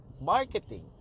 Marketing